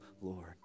Lord